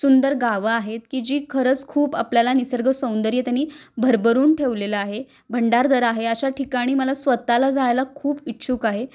सुंदर गावं आहेत की जी खरंच खूप आपल्याला निसर्ग सौंदर्य त्यांनी भरभरून ठेवलेलं आहे भंडारदरा आहे अशा ठिकाणी मला स्वत ला जायला खूप इच्छुक आहे